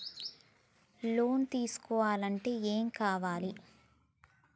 Loan తీసుకుంటే ఏం కావాలి?